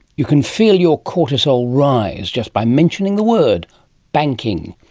you can feel your cortisol rise just by mentioning the word banking.